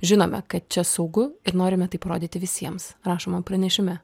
žinome kad čia saugu ir norime tai parodyti visiems rašoma pranešime